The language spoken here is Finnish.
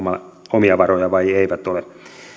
omia varoja vai eivät ole